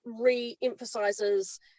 re-emphasizes